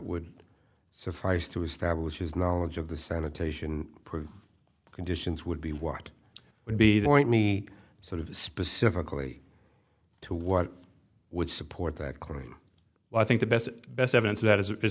would suffice to establish his knowledge of the sanitation conditions would be what would be the point me sort of specifically to what would support that claim well i think the best best evidence that is it is